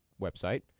website